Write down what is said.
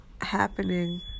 happening